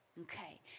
Okay